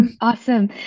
awesome